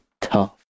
tough